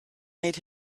made